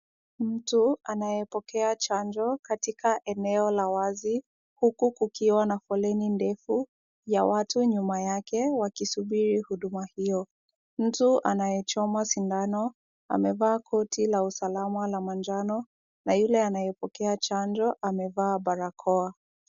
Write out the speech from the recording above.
Mtu anayepokea chanjo katika eneo la wazi, huku kukiwa na foleni ndefu ya watu nyuma yake, wakisubiri huduma hiyo. Mtu anayechoma sindano, amevaa koti la usalama la manjano, na yule anayepokea chanjo amevaa barakoa.